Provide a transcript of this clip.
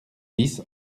dix